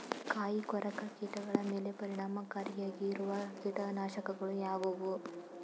ಕಾಯಿಕೊರಕ ಕೀಟಗಳ ಮೇಲೆ ಪರಿಣಾಮಕಾರಿಯಾಗಿರುವ ಕೀಟನಾಶಗಳು ಯಾವುವು?